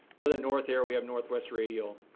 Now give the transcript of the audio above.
to the north here we have northwest radial.